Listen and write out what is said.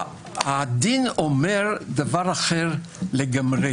הדין אומר דבר אחר לגמרי